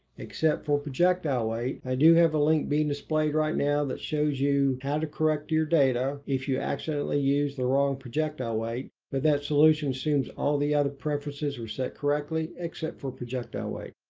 except for projectile weight, i do have a link being displayed right now that shows you how to correct your data if you accidentally used the wrong projectile weight. but that solution assumes all the other preferences were set correctly, except for projectile weight.